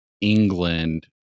England